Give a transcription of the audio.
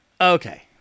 Okay